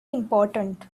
important